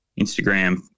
Instagram